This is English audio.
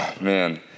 Man